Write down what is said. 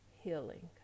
healing